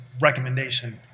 recommendation